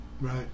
Right